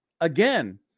Again